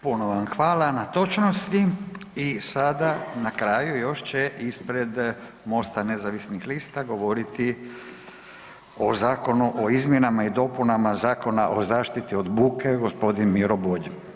Puno vam hvala na točnosti i sada na kraju još će ispred MOST-a nezavisnih lista govoriti o Zakonu o izmjenama i dopunama Zakona o zaštiti od buke gospodin Miro Bulj.